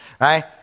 right